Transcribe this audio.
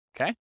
okay